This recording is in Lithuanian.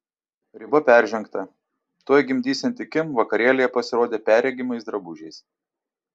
riba peržengta tuoj gimdysianti kim vakarėlyje pasirodė perregimais drabužiais